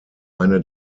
eine